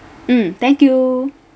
mm thank you